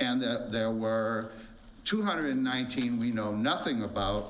and there were two hundred nineteen we know nothing about